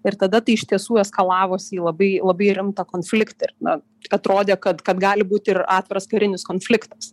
ir tada tai iš tiesų eskalavosi į labai labai rimtą konfliktą ir na atrodė kad kad gali būt ir atviras karinis konfliktas